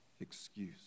excuse